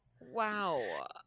Wow